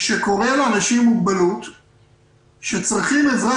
שקורא לאנשים עם מוגבלות שצריכים עזרה